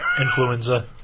influenza